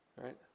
right